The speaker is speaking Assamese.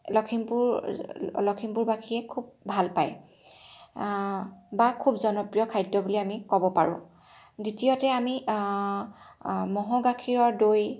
লখিমপুৰ লখিমপুৰবাসীয়ে খুব ভাল পায় বা খুব জনপ্ৰিয় খাদ্য বুলি আমি ক'ব পাৰোঁ দ্বিতীয়তে আমি ম'হৰ গাখীৰৰ দৈ